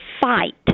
fight